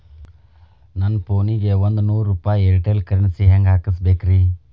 ನನ್ನ ಫೋನಿಗೆ ಒಂದ್ ನೂರು ರೂಪಾಯಿ ಏರ್ಟೆಲ್ ಕರೆನ್ಸಿ ಹೆಂಗ್ ಹಾಕಿಸ್ಬೇಕ್ರಿ?